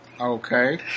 Okay